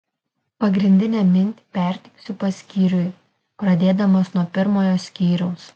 pagrindinę mintį perteiksiu paskyriui pradėdamas nuo pirmojo skyriaus